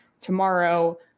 tomorrow